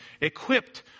equipped